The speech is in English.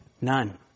None